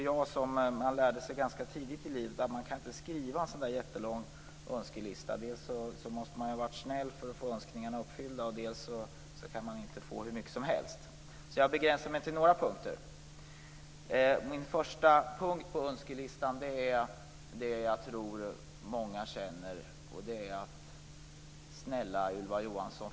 Jag lärde mig dock ganska tidigt i livet att man inte kan skriva en så lång önskelista. Dels måste man ju ha varit snäll för att få önskningarna uppfyllda, dels kan man inte få hur mycket som helst. Jag begränsar mig därför till några punkter. Den första punkten på önskelistan gäller något som jag tror att många känner för. Snälla Ylva Johansson!